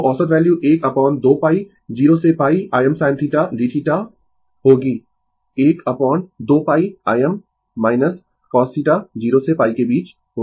तो औसत value 1 upon 2π 0 से π Im sinθ dθ होगी 1 अपोन 2πIm cosθ 0 से π के बीच होगी